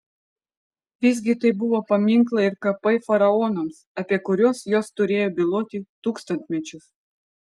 visgi tai buvo paminklai ir kapai faraonams apie kuriuos jos turėjo byloti tūkstantmečius